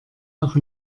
auch